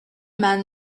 man